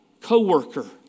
co-worker